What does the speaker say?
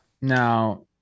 Now